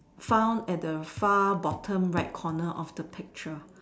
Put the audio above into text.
found at the far bottom right corner of the picture